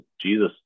Jesus